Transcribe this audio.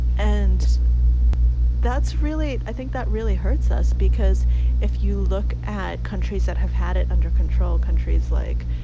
and that's really i think that really hurts us, because if you look at countries that have had it under control. countries like,